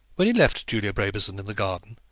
when he left julia brabazon in the garden,